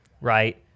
right